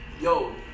Yo